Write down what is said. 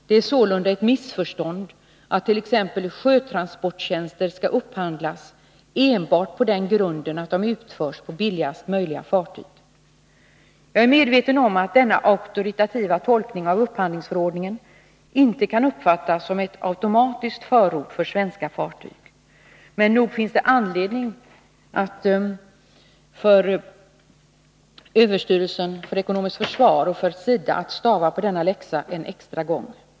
Det är sålunda ett missförstånd att t.ex. sjötransporttjänster skall upphandlas enbart på den grunden att de utförs på billigaste möjliga fartyg.” Jag är medveten om att denna auktoritativa tolkning av upphandlingsförordningen inte kan uppfattas som ett automatiskt förord för svenska fartyg, men nog finns det anledning för överstyrelsen för ekonomiskt försvar och för SIDA att stava på denna läxa en extra gång.